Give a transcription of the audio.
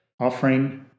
offering